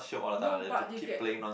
no but you get